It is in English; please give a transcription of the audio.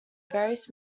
various